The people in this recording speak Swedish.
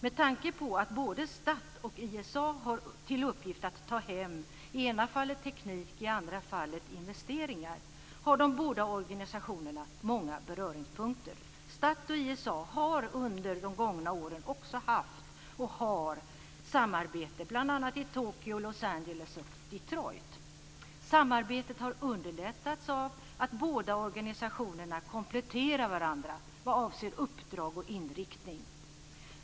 Med tanke på att både STATT och ISA har till uppgift att ta hem i ena fallet teknik, i andra fallet investeringar har de båda organisationerna många beröringspunkter. STATT och ISA har, och har under de gångna åren också haft, samarbete i bl.a. Tokyo, Samarbetet har underlättats av att de båda organisationerna kompletterar varandra vad avser uppdrag och inriktning.